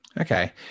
Okay